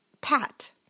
Pat